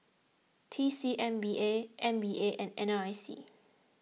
T C M P B M P A and N R I C